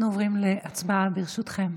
אנחנו עוברים להצבעה, ברשותכם.